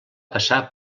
passar